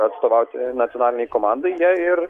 atstovauti nacionalinei komandai jie ir